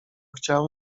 chciał